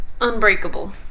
Unbreakable